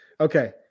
Okay